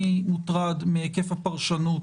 אני מוטרד מהיקף הפרשנות